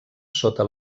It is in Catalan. sota